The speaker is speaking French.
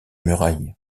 muraille